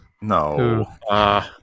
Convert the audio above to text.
No